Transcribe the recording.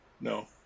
No